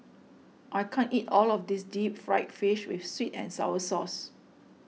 I can't eat all of this Deep Fried Fish with Sweet and Sour Sauce